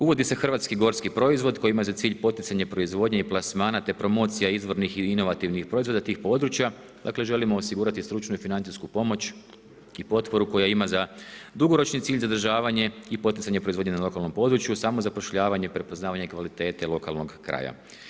Uvodi se hrvatski gorski proizvod koji ima za cilj poticanje proizvodnje i plasmana te promocija izvornih i inovativnih proizvoda tih područja, dakle želimo osigurati stručnu i financijsku pomoć i potporu koja ima za dugoročni cilj zadržavanje i poticanje proizvodnje na lokalnom području, samozapošljavanje i prepoznavanje kvalitete lokalnog kraja.